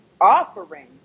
offering